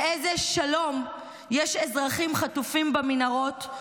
באיזה שלום יש אזרחים חטופים במנהרות,